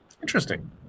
Interesting